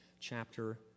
chapter